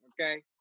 okay